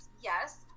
Yes